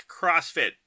CrossFit